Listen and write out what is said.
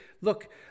look